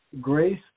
Grace